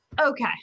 okay